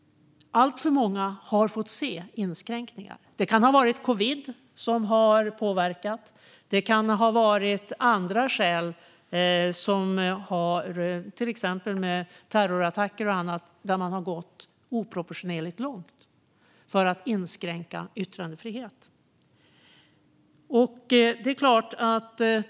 Alltför många har fått se inskränkningar. Det kan ha varit covid som har påverkat, och det kan ha varit andra skäl till att ha gått oproportionerligt långt för att inskränka yttrandefrihet, till exempel terrorattacker.